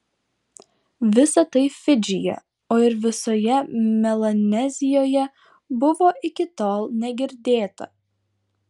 visa tai fidžyje o ir visoje melanezijoje buvo iki tol negirdėta